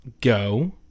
go